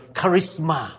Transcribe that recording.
charisma